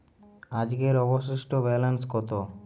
আজকের অবশিষ্ট ব্যালেন্স কত?